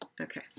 Okay